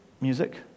music